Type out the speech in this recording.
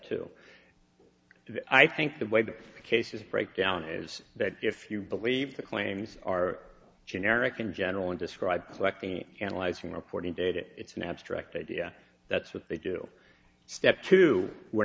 two i think the way the cases break down is that if you believe the claims are generic in general and describe electing analyzing reporting data it's an abstract idea that's what they do step two we're